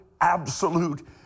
absolute